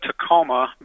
Tacoma